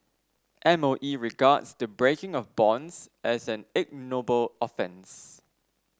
M O E regards the breaking of bonds as an ignoble offence